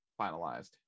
finalized